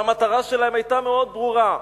שהמטרה שלהם היתה מאוד ברורה: